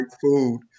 Food